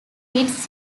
its